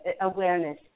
awareness